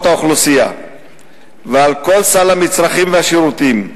האוכלוסייה ועל כל סל המצרכים והשירותים.